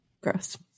Gross